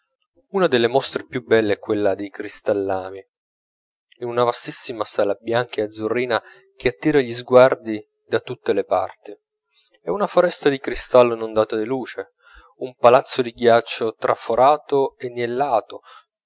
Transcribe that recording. una delle mostre più belle è quella dei cristallami in una vastissima sala bianca e azzurrina che attira gli sguardi da tutte le parti è una foresta di cristallo inondata di luce un palazzo di ghiaccio traforato